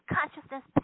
Consciousness